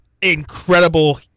incredible